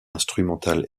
instrumentale